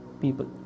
people